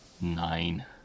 Nine